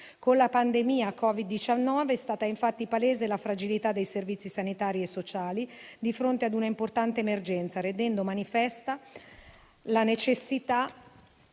Con la pandemia da Covid-19 è stata infatti palese la fragilità dei servizi sanitari e sociali di fronte ad un'importante emergenza, rendendo manifesta la necessità